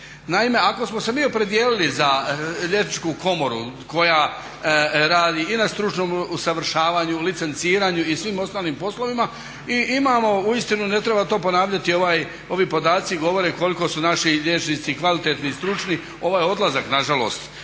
Naime, ako smo se mi opredijelili za Liječničku komoru koja radi i na stručnom usavršavanju, licenciranju i svim ostalim poslovima i imamo uistinu ne treba to ponavljati ovi podaci govore koliko su naši liječnici kvalitetni i stručni, ovaj odlazak na žalost